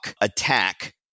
attack